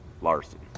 larson